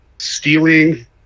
stealing